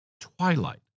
twilight